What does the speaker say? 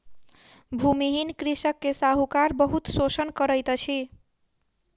भूमिहीन कृषक के साहूकार बहुत शोषण करैत अछि